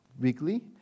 weekly